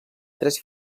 tres